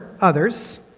others